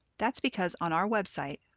that's because on our website,